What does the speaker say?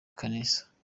kaneza